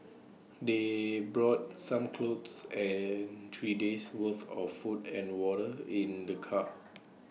they brought some clothes and three days' worth of food and water in the car